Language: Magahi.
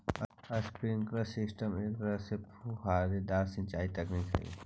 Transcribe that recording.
स्प्रिंकलर सिस्टम एक तरह के फुहारेदार सिंचाई तकनीक हइ